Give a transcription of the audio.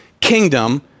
kingdom